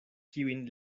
kiujn